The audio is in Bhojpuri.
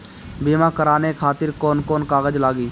बीमा कराने खातिर कौन कौन कागज लागी?